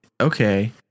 okay